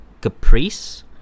Caprice